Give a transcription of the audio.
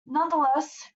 nonetheless